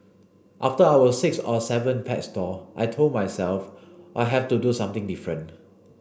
after our sixth or seventh pet store I told myself I have to do something different